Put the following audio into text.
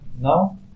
now